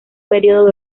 periodo